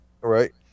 right